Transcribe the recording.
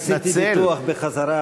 עשיתי ניתוח בחזרה,